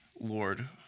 Lord